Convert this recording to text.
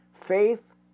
faith